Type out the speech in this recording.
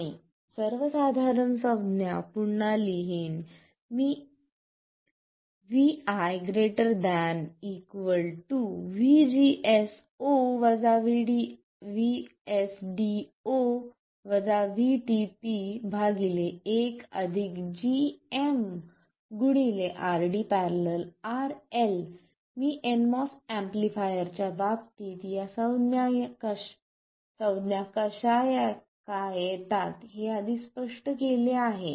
आणि सर्वसाधारण संज्ञा पुन्हा लिहीण vi ≥ 1gm RD ║ RL मी nMOS एम्पलीफायरच्या बाबतीत या संज्ञा कशा का येतात हे आधीच स्पष्ट केले आहे